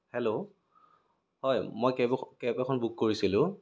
hello হয় মই cab এখন কেব এখন বুক কৰিছিলোঁ